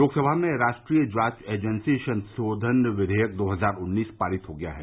लोकसभा में राष्ट्रीय जांच एजेंसी संशोधन विधेयक दो हजार उन्नीस पारित हो गया है